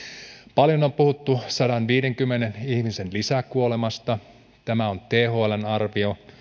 paljon on puhuttu sadanviidenkymmenen ihmisen lisäkuolemasta tämä on thln arvio